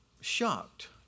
shocked